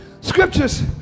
scriptures